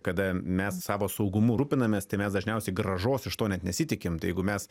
kada mes savo saugumu rūpinamės tai mes dažniausiai grąžos iš to net nesitikim tai jeigu mes